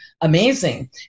amazing